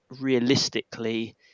realistically